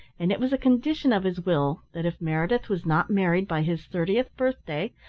and it was a condition of his will that if meredith was not married by his thirtieth birthday,